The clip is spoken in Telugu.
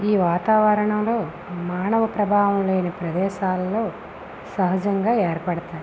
ఈ వాతావరణంలో మానవ ప్రభావం లేని ప్రదేశాలలో సహజంగా ఏర్పడతాయి